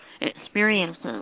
experiences